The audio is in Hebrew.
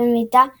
ובמידה פחותה,